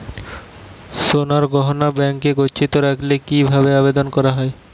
সোনার গহনা ব্যাংকে গচ্ছিত রাখতে কি ভাবে আবেদন করতে হয়?